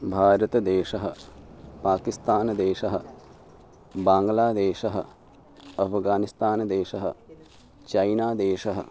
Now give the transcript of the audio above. भारतदेशः पाकिस्तान देशः बाङ्ग्लादेशः अफगानिस्तान देशः चैना देशः